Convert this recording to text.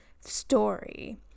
story